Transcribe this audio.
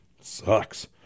sucks